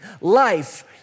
life